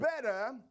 better